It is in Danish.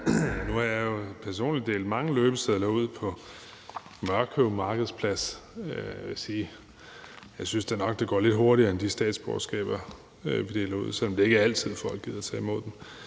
Nu har jeg jo personligt delt mange løbesedler ud på Mørkøv Kræmmermarked. Jeg vil sige, at jeg da nok synes, at det går lidt hurtigere der end med de statsborgerskaber, vi deler ud, selv om det ikke er altid, at folk gider at tage imod dem.